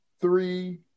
three